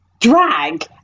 drag